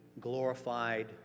glorified